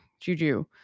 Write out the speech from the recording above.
juju